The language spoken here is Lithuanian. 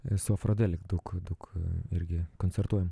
esu afrodelik daug daug irgi koncertuoju